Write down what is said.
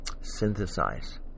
synthesize